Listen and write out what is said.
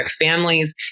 families